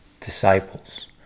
disciples